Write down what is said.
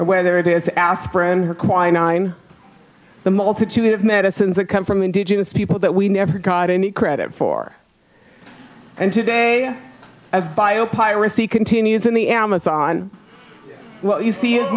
or whether it is aspirin or quinine the multitude of medicines that come from indigenous people that we never got any credit for and today as bio piracy continues in the amazon well you see i